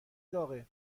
داغه